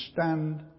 stand